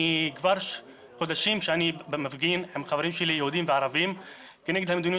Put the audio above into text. כבר חודשים שאני מפגין עם חברים שלי יהודים וערבים כנגד המדיניות